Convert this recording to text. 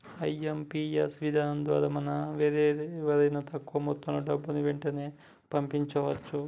IMPS విధానం ద్వారా మనం వేరెవరికైనా తక్కువ మొత్తంలో డబ్బుని వెంటనే పంపించవచ్చు